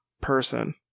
person